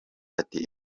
ati